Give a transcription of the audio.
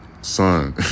son